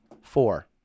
four